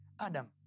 Adam